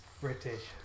British